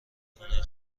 خونه